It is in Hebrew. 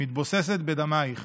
מתבוססת בדמָיִך